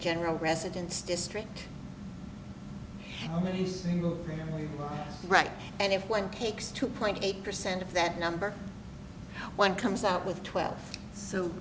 general residence district many single family right and if one takes two point eight percent of that number one comes out with twelve so